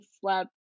slept